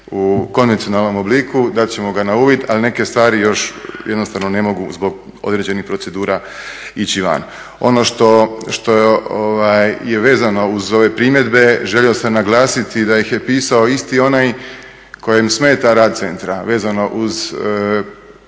u konvencionalnom obliku, dat ćemo ga na uvid, ali neke stvari još jednostavno ne mogu zbog određenih procedura ići van. Ono što je vezano uz ove primjedbe, želio sam naglasiti da ih je pisao isti onaj kojem smeta rad centra, vezano uz promocije